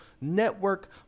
network